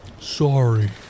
Sorry